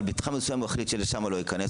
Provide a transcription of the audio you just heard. אבל למתחם מסוים הוא החליט שלשלם לא ייכנס,